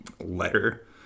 letter